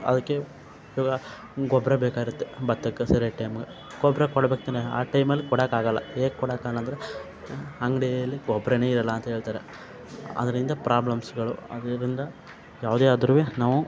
ಅದಕ್ಕೆ ಇವಾಗ ಗೊಬ್ಬರ ಬೇಕಾಗಿರತ್ತೆ ಭತ್ತಕ್ಕೆ ಸರಿಯಾದ ಟೈಮ್ಗೆ ಗೊಬ್ಬರ ಕೊಡ್ಬೇಕು ತಾನೇ ಆ ಟೈಮಲ್ಲಿ ಕೊಡಕಾಗಲ್ಲ ಹೇಗ್ ಕೊಡಕಾಗಲ್ಲ ಅಂದರೆ ಅಂಗಡಿಯಲ್ಲಿ ಗೊಬ್ಬರನೇ ಇರಲ್ಲ ಅಂತ ಹೇಳ್ತಾರೆ ಅದರಿಂದ ಪ್ರಾಬ್ಲಮ್ಸ್ಗಳು ಅದರಿಂದ ಯಾವುದೇ ಆದ್ರು ನಾವು